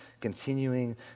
continuing